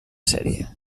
sèrie